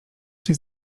coś